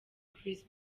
chris